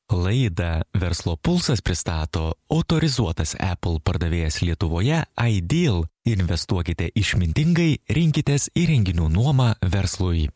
laida verslo pulsas pristato autorizuotas apple pardavėjas lietuvoje ideal investuokite išmintingai rinkitės įrenginių nuomą verslui